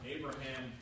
Abraham